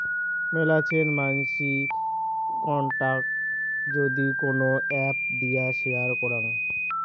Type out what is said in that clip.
মেলাছেন মানসি কন্টাক্ট যদি কোন এপ্ দিয়ে শেয়ার করাং